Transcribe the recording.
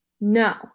No